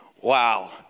Wow